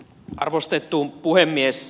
arvostettu puhemies